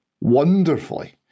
wonderfully